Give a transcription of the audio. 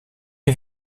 est